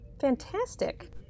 Fantastic